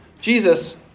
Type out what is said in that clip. Jesus